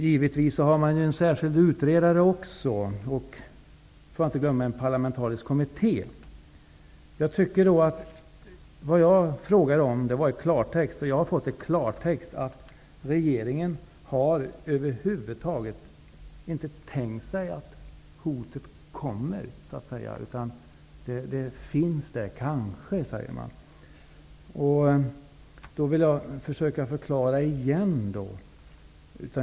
Givetvis finns det en särskild utredare också, för att inte glömma en parlamentarisk kommitté! Jag frågade efter ett svar i klartext. Jag har i klartext fått till svar att regeringen över huvud taget inte har tänkt sig att hotet kommer. Det finns där -- kanske. Jag får försöka förklara igen.